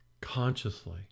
consciously